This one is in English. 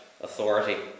authority